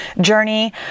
journey